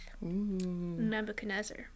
nebuchadnezzar